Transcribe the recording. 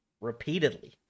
repeatedly